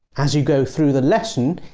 as you go through the lesson,